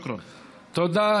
תודה.) תודה.